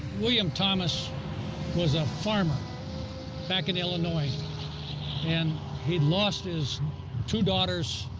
william thomas was a farmer back in illinois and he'd lost his two daughters